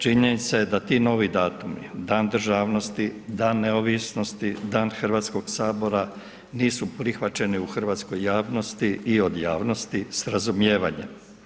Činjenica je da ti novi datumi, Dan državnosti, Dan neovisnosti, Dan Hrvatskoga sabora nisu prihvaćeni u hrvatskoj javnosti i od javnosti s razumijevanjem.